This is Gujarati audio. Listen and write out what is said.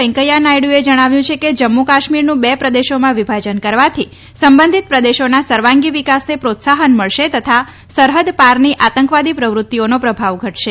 વેંકૈયા નાયડુએ જણાવ્યું છે કે જમ્મુ કાશ્મીરનું બે પ્રદેશોમાં વિભાજન કરવાથી સંબંધિત પ્રદેશોના સર્વાંગિ વિકાસને પ્રોત્સાફન મળશે તથા સરહૃદપારની આતંકવાદી પ્રવૃત્તિઓનો પ્રભાવ ઘટશે